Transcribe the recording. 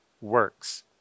works